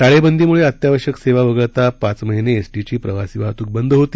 टाळेबंदीमुळे अत्यावश्यक सेवा वगळता पाच महिने एसटीची प्रवासी वाहतूक बंद होती